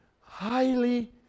highly